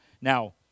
Now